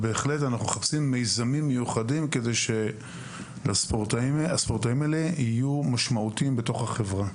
אנחנו מחפשים מיזמים כדי שהספורטאים הללו יהיו משמעותיים בתוך החברה.